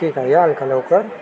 ठीक आहे याल का लवकर